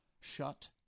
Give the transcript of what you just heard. Shut